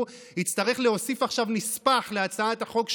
יצטרך להוסיף עכשיו נספח להצעת החוק שלו,